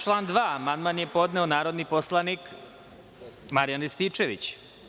Na član 2. amandman je podneo narodni poslanik Marijan Rističević.